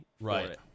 Right